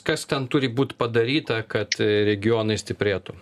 kas ten turi būt padaryta kad regionai stiprėtų